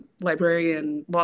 librarian